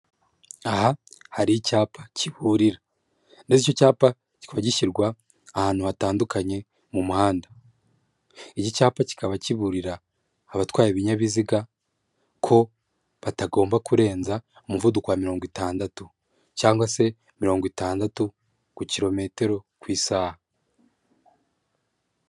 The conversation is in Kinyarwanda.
Aha hari icyapa kiburira. Ndetse icyo cyapa kikaba gishyirwa ahantu hatandukanye mu muhanda. Iki cyapa kikaba kiburira abatwaye ibinyabiziga ko batagomba kurenza umuvuduko wa mirongo itandatu cyangwa se mirongo itandatu ku kilometero ku isaha.